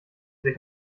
sich